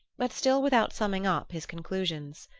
but still without summing up his conclusions.